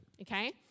okay